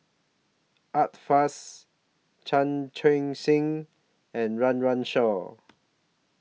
Art Fazil Chan Chun Sing and Run Run Shaw